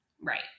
Right